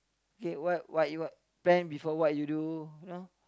okay what what you want plan before what you do you know